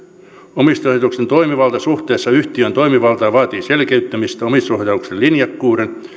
omistajaohjauksen toimivalta suhteessa yhtiön toimivaltaan vaatii selkeyttämistä omistusohjauksen linjakkuuden ja